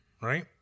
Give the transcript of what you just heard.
right